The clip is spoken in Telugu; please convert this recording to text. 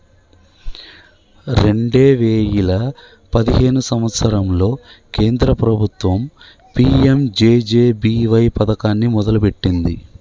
రెండే వేయిల పదిహేను సంవత్సరంలో కేంద్ర ప్రభుత్వం పీ.యం.జే.జే.బీ.వై పథకాన్ని మొదలుపెట్టింది